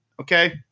Okay